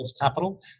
capital